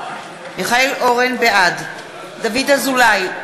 בעד דוד אזולאי,